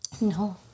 No